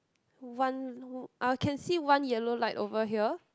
one I can see one yellow light over here